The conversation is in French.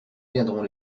viendront